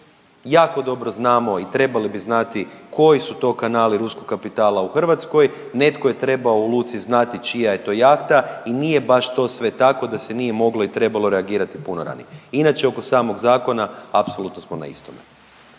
Jako dobro znamo i trebali bi znati koji su to kanali ruskog kapitala u Hrvatskoj. Netko je trebao u luci znati čija je to jahta i nije baš to sve tako da se nije moglo i trebalo reagirati puno ranije. Inače oko samog zakona apsolutno smo na istome.